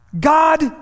God